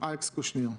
אלכס קושניר,